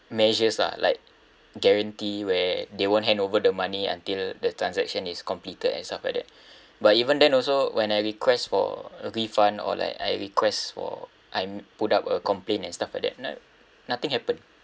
measures lah like guarantee where they won't hand over the money until the transaction is completed and stuff like that but even then also when I request for a refund or like I request for I'm put up a complaint and stuff like that not~ nothing happened